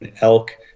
elk